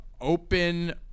open